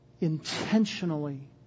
intentionally